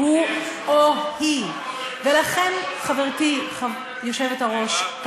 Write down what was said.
אני שואל, מה זה מדינת ישראל?